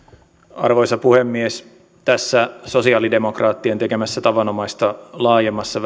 arvoisa puhemies tässä sosialidemokraattien tekemässä tavanomaista laajemmassa